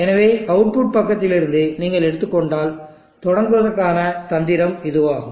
எனவே அவுட்புட் பக்கத்திலிருந்து நீங்கள் எடுத்துக் கொண்டால் தொடங்குவதற்கான தந்திரம் இதுவாகும்